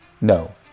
No